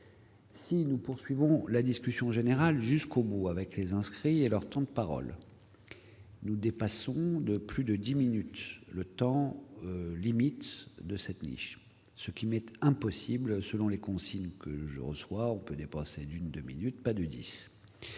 Si nous poursuivons la discussion générale, jusqu'au bout avec les inscrits et leur temps de parole nous dépassons de plus de 10 minutes le temps limite de cette ce qui m'était impossible selon les consignes que je reçois, on peut dépasser d'une 2 minutes pas du 10